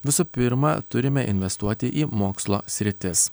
visų pirma turime investuoti į mokslo sritis